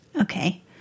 Okay